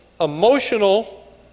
emotional